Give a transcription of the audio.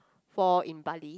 for in bali